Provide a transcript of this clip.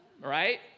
Right